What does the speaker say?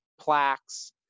plaques